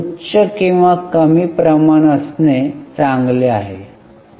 उच्च किंवा कमी प्रमाण असणे चांगले आहे का